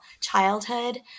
childhood